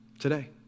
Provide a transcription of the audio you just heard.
today